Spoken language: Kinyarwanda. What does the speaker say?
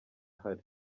ahari